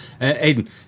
Aidan